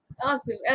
awesome